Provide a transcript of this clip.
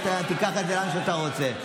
תיקח את זה לאן שאתה רוצה.